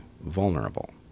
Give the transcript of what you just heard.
vulnerable